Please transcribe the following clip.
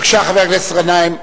בבקשה, חבר הכנסת גנאים.